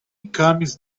comes